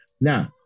Now